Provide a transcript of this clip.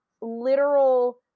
literal